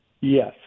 Yes